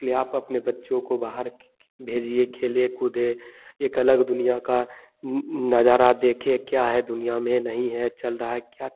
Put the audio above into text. या आप अपने बच्चों को बाहर भेजिए खेलिए कूदें एक अलग दुनिया का नज़ारा देखें क्या है दुनिया में नहीं है चल रहा क्या